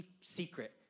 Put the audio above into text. secret